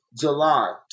July